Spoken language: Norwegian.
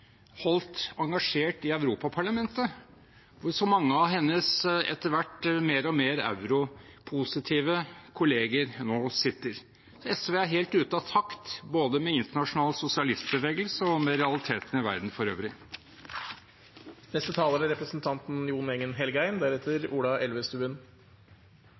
holdt engasjert i Europaparlamentet, hvor så mange av hennes etter hvert mer og mer europositive kolleger nå sitter. SV er helt ute av takt, både med internasjonal sosialistbevegelse og med realitetene i verden for øvrig.